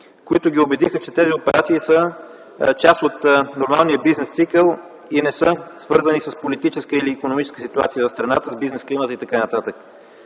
които ги убедиха, че тези операции са част от нормалния бизнес цикъл и не са свързани с политическа или икономическа ситуация в страната, с бизнес климат и т.н. Става